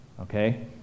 Okay